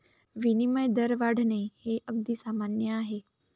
विनिमय दर वाढणे हे अगदी सामान्य आहे